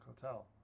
Hotel